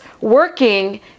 working